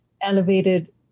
elevated